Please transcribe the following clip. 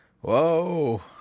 Whoa